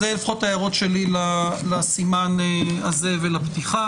אלה לפחות ההערות שלי לסימן הזה ולפתיחה.